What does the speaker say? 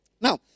Now